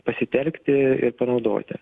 pasitelkti panaudoti